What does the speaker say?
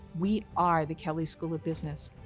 we are the kelley school of business.